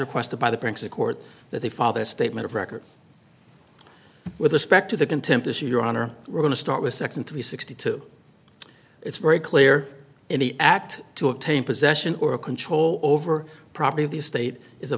requested by the brinks a court that they file their statement of record with respect to the contempt issue your honor we're going to start with second three sixty two it's very clear any act to obtain possession or control over property of the state is a